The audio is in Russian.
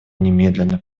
немедленно